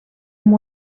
amb